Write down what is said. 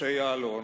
משה יעלון,